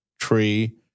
tree